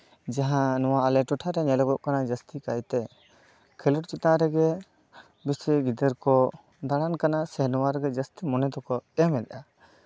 ᱡᱟᱦᱟᱸ ᱟᱞᱮ ᱴᱚᱴᱷᱟᱨᱮ ᱧᱮᱞᱚᱜᱚᱜ ᱠᱟᱱᱟ ᱡᱟᱹᱥᱛᱤ ᱠᱟᱭᱛᱮ ᱠᱷᱮᱞᱳᱰ ᱪᱮᱛᱟᱱ ᱨᱮᱜᱮ ᱵᱮᱥᱤ ᱜᱤᱫᱟᱹᱨ ᱠᱚ ᱫᱟᱬᱟᱱ ᱠᱟᱱᱟ ᱥᱮ ᱱᱚᱣᱟ ᱨᱮᱜᱮ ᱡᱟᱹᱥᱛᱤ ᱢᱚᱱᱮ ᱫᱚᱠᱚ ᱮᱢ ᱮᱫᱟ